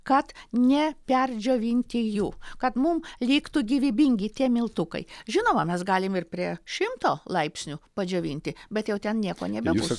kad neperdžiovinti jų kad mum liktų gyvybingi tie miltukai žinoma mes galim ir prie šimto laipsnių padžiovinti bet jau ten nieko nebebus